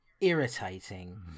irritating